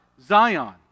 Zion